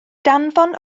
danfon